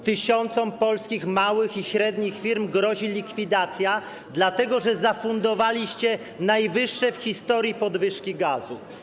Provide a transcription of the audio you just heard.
Tysiącom polskich małych i średnich firm grozi likwidacja, dlatego że zafundowaliście najwyższe w historii podwyżki cen gazu.